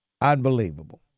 Unbelievable